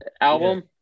album